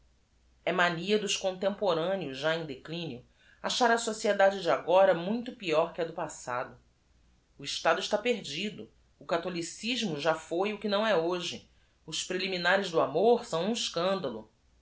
assim mania dos contemporâneos já em declínio achar a sociedade de agora m u i t o peior que a do passado estado está perdido o cathoíicismo já f o i o que não é hoje os preliminares do amor são u m escândalo